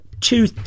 Two